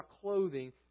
clothing